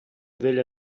delle